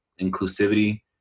inclusivity